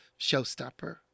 showstopper